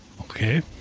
Okay